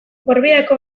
gorbeiako